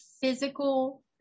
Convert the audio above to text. physical